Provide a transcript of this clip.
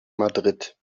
madrid